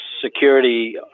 security